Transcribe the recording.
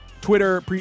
Twitter